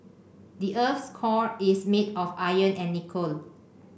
the earth's core is made of iron and nickel